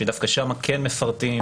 שדווקא שם כן מפרטים,